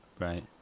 Right